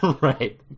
right